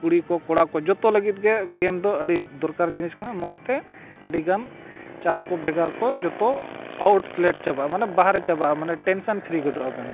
ᱠᱩᱲᱤ ᱠᱚ ᱠᱚᱲᱟ ᱠᱚ ᱡᱷᱚᱛᱚ ᱞᱟᱹᱜᱤᱫ ᱜᱮ ᱜᱮᱢ ᱫᱚ ᱟᱹᱰᱤ ᱫᱚᱨᱠᱟᱨ ᱡᱤᱱᱤᱥ ᱠᱟᱱᱟ ᱱᱚᱣᱟᱛᱮ ᱟᱹᱰᱤ ᱜᱟᱱ ᱪᱟᱯ ᱠᱚ ᱵᱷᱮᱜᱟᱨ ᱠᱚ ᱡᱷᱚᱛᱚ ᱟᱣᱩᱴᱞᱮᱴ ᱪᱟᱵᱟᱜᱼᱟ ᱢᱟᱱᱮ ᱵᱟᱦᱨᱮ ᱪᱟᱵᱟᱜᱼᱟ ᱢᱟᱱᱮ ᱴᱮᱱᱥᱮᱱ ᱯᱷᱨᱤ ᱜᱚᱫᱚᱜ ᱟᱵᱮᱱ